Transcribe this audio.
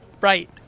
Right